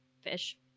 fish